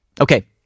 Okay